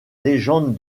légende